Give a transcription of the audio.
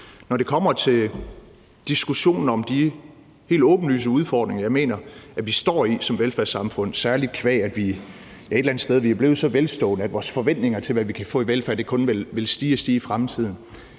Når det kommer til diskussionen om de helt åbenlyse udfordringer, som jeg mener at vi står med som velfærdssamfund, særlig qua at vi et eller andet sted er blevet så velstående, at vores forventninger til, hvad vi kan få i velfærd, kun vil stige og stige